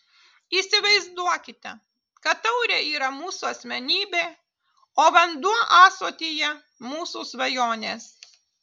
įsivaizduokite kad taurė yra mūsų asmenybė o vanduo ąsotyje mūsų svajonės